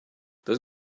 those